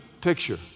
picture